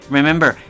Remember